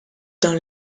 dans